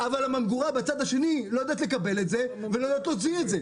אבל הממגורה בצד השני לא יודעת לקבל את זה ולא יודעת להוציא את זה.